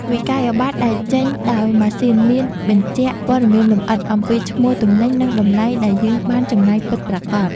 វិក្កយបត្រដែលចេញដោយម៉ាស៊ីនមានបញ្ជាក់ព័ត៌មានលម្អិតអំពីឈ្មោះទំនិញនិងតម្លៃដែលយើងបានចំណាយពិតប្រាកដ។